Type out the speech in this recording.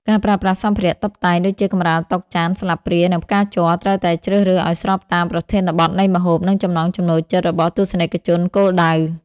ការប្រើប្រាស់សម្ភារៈតុបតែង ដូចជាកម្រាលតុ ចាន ស្លាបព្រា និងផ្កាជ័រ ត្រូវតែជ្រើសរើសឱ្យស្របតាមប្រធានបទនៃម្ហូប និងចំណង់ចំណូលចិត្តរបស់ទស្សនិកជនគោលដៅ។